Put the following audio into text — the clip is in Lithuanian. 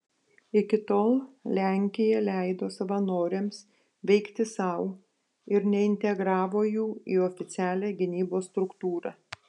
iki tol lenkija leido savanoriams veikti sau ir neintegravo jų į oficialią gynybos struktūrą